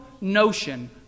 notion